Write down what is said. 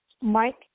Mike